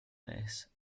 this